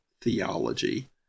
theology